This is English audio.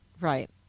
Right